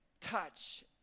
touch